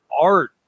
art